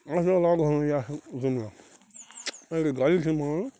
أسۍ لگہوو نہٕ یتھ زٔمیٖنس مگر گرٕکۍ چھِ نہٕ مانان